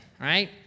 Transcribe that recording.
right